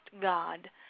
God